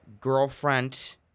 Girlfriend